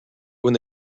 when